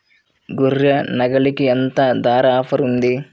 గొర్రె, నాగలికి ఎంత ధర ఆఫర్ ఉంది?